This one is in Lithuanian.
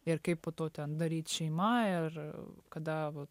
ir kaip po to ten daryt šeima ir kada vat